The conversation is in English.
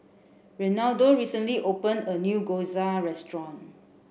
Renaldo recently opened a new Gyoza restaurant